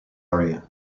area